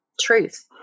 truth